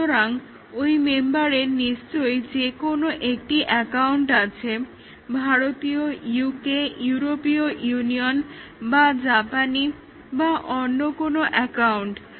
সুতরাং ঐ মেম্বারের নিশ্চয় যে কোনো একটি এ্যকাউন্ট আছে ভারতীয় UK ইউরোপীয় ইউনিয়ন বা জাপানি বা অন্য যে কোন এ্যকাউন্ট